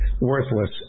worthless